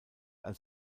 als